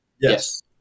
Yes